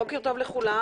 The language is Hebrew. בוקר טוב לכולם,